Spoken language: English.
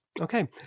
Okay